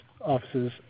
offices